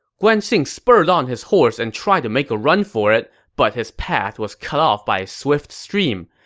guan xing spurred on his horse and tried to make a run for it, but his path was cut off by a swift stream.